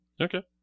Okay